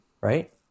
Right